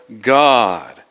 God